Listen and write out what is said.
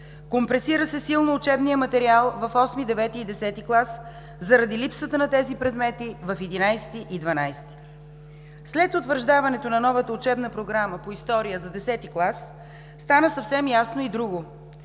Компресира се силно учебният материал в VΙΙΙ, ΙХ и Х клас заради липсата на тези предмети в ХΙ и ХΙΙ. След утвърждаването на новата учебна програма по история за Х клас, стана съвсем ясно и друго.